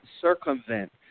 circumvent